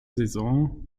saison